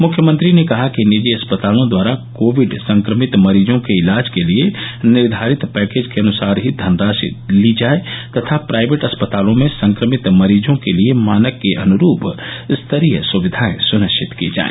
मुख्यमंत्री ने कहा कि निजी अस्पतालों द्वारा कोविड संक्रमित मरीजों के इलाज के लिये निर्वारित पैकेज के अनुसार ही धनराशि ली जाय तथा प्राइवेट अस्पतालों में संक्रमित मरीजो के लिये मानक के अनुरूप स्तरीय सुविधायें सुनिश्चित की जाय